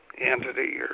entity